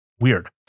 weird